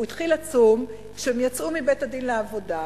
הוא התחיל לצום כשהם יצאו מבית-הדין לעבודה,